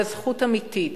אלא זכות אמיתית,